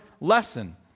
lesson